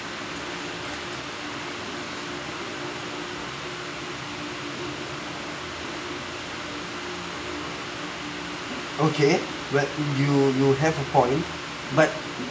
okay where you you have a point but